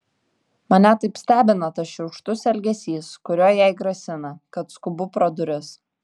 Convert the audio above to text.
mane taip stebina tas šiurkštus elgesys kuriuo jai grasina kad skubu pro duris